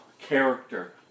Character